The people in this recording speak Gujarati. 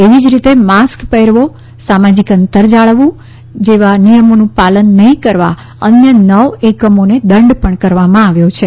એવી જ રીતે માસ્ક પહેરવો સામાજીક અંતર જાળવવું જેવા નિયમોનું પાલન નહીં કરવા અન્ય નવ એકમોને દંડ કરવામાં આવ્યો છિ